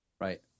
right